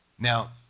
Now